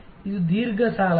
ಇದು ದೀರ್ಘ ಸಾಲವೇ